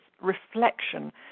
Reflection